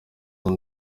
muri